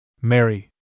Mary